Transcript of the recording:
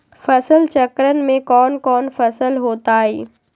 फसल चक्रण में कौन कौन फसल हो ताई?